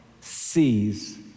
sees